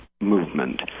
movement